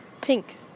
pink